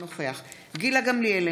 אינו נוכח גילה גמליאל,